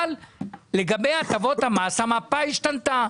לגבי הטבות המס, המפה השתנתה.